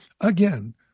again